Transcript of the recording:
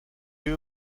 you